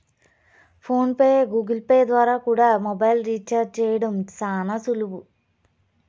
phone pay, Google Pay ద్వారా కూడా mobile recharge చేయడం శానా సులువు